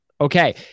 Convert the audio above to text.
Okay